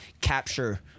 capture